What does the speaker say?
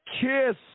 KISS